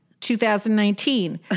2019